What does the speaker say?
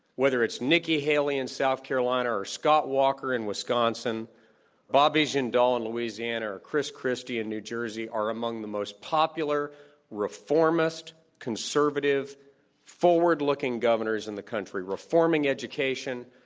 whether it's nikki haley in south carolina. or scott walker in wisconsin, or bobby jindal in louisiana, or chris christie in new jersey are among the most popular reformist conservative forward looking governors in the country, reforming education,